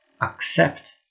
accept